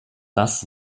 das